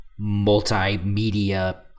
multimedia